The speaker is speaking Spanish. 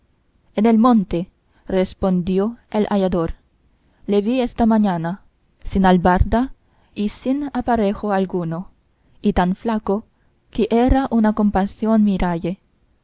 en el monte respondió el hallador le vi esta mañana sin albarda y sin aparejo alguno y tan flaco que era una compasión miralle